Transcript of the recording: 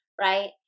Right